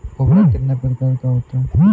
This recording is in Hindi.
उर्वरक कितने प्रकार का होता है?